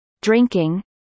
drinking